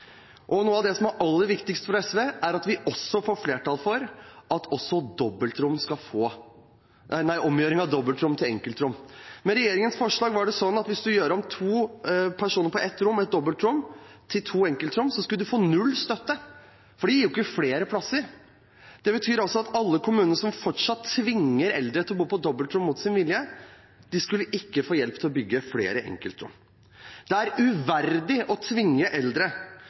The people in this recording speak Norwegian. Noe av det som er aller viktigst for SV, er at vi også får flertall for at man får støtte ved omgjøring av dobbeltrom til enkeltrom. Med regjeringens forslag er det slik at hvis man gjør om et dobbeltrom til to enkeltrom, skal man få null støtte, for det gir jo ikke flere plasser. Det betyr at alle kommunene som fortsatt tvinger eldre til å bo på dobbeltrom mot sin vilje, ikke skal få hjelp til å bygge flere enkeltrom. Det er uverdig å tvinge eldre